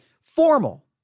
formal